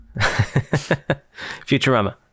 Futurama